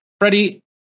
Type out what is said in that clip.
Freddie